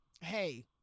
hey